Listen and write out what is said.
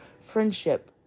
friendship